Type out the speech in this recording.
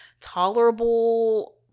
tolerable